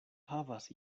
havas